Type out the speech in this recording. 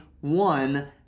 one